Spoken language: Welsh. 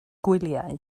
gwyliau